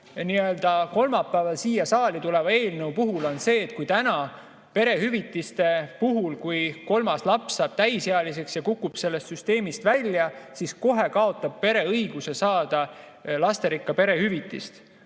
selle kolmapäeval saali tuleva eelnõu puhul on see, et täna perehüvitiste puhul, kui kolmas laps saab täisealiseks, kukub ta sellest süsteemist välja ja kohe kaotab pere õiguse saada lasterikka pere hüvitist,